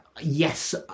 yes